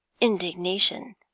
indignation